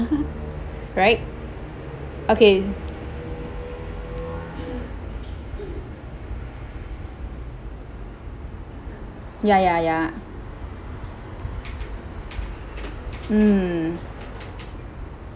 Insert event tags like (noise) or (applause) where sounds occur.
(laughs) right okay ya ya ya mm